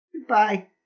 Goodbye